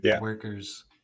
workers